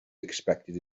expected